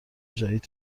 جدید